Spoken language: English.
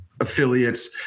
affiliates